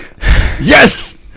Yes